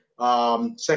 Second